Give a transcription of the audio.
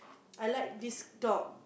I like this dog